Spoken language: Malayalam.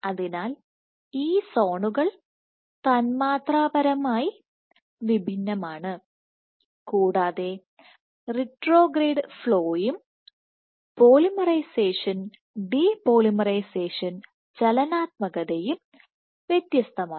അതിനാൽ ഈ സോണുകൾ തന്മാത്രാ പരമായി വിഭിന്നമാണ് കൂടാതെ റിട്രോഗ്രേഡ് ഫ്ലോയും പോളിമറൈസേഷൻ ഡിപോളിമറൈസേഷൻ ചലനാത്മകതയും വ്യത്യസ്തമാണ്